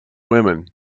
women